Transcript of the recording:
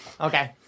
Okay